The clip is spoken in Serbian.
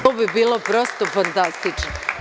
To bi bilo prosto fantastično.